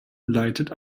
leitet